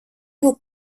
його